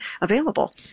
available